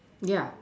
yeah